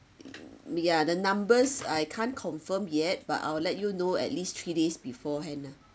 we are the numbers I can't confirm yet but I will let you know at least three days beforehand ah